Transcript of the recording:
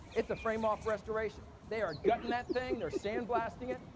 it's a frame off restoration. they are gutting that thing, they're sandblasting it,